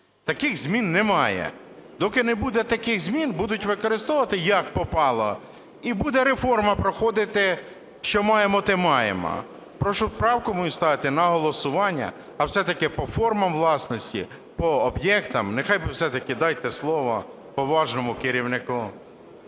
Таких змін немає. Доки не буде таких змін, будуть використовувати як попало, і буде реформа проходити – що маємо, те маємо. Прошу правку мою ставити на голосування. А все-таки по формах власності, по об'єктах нехай, дайте слово поважному керівнику